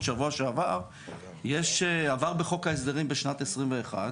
בשבוע שעבר זה שעבר בחוק ההסדרים בשנת 2021,